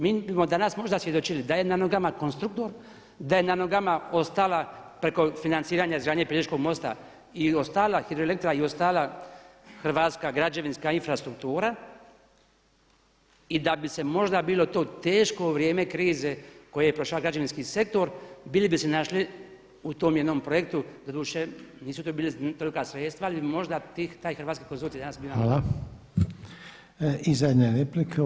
Mi bimo danas možda svjedočili da je na nogama Konstruktor, da je na nogama ostala preko financiranja izgradnje Pelješkog mosta i ostala Hidroelektra i ostala hrvatska građevinska infrastruktura i da bi se možda bilo to teško vrijeme krize koji je prošao građevinski sektor bili bi se našli u tom jednom projektu, doduše nisu to bila tolika sredstva ali možda bi taj hrvatski konzorcij danas bio.